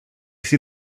see